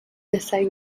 persegue